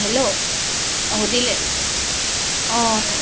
hello অঁ সুধিলে অঁ